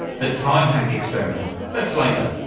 the time hack experiment that's later.